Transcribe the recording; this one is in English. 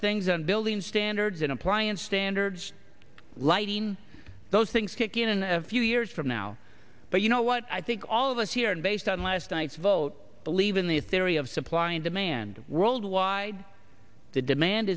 things and building standards in appliance standards lighting those things kick in a few years from now but you know what i think all of us here and based on last night's vote believe in the theory of supply and demand worldwide the demand